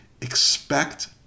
expect